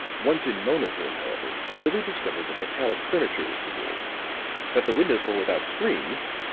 once in mona's room, however, billie discovered that metallic furniture was the rule that the windows were without screens,